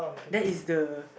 that is the